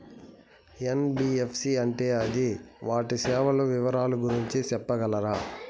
NBFC అంటే అది వాటి సేవలు వివరాలు గురించి సెప్పగలరా?